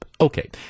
Okay